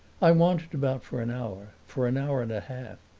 i wandered about for an hour for an hour and a half.